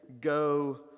go